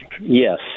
Yes